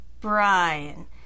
Brian